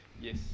Yes